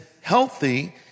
healthy